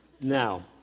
Now